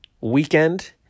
weekend